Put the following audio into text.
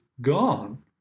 gone